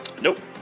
Nope